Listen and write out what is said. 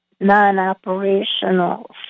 non-operational